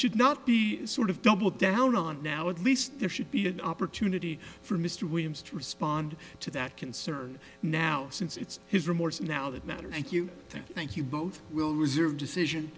should not be sort of double down on now at least there should be an opportunity for mr williams to respond to that concern now since it's his remorse now that matter thank you thank you both will reserve decision